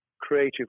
creative